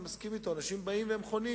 אני מסכים אתו: אנשים באים וחונים.